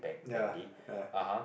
ya uh